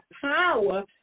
power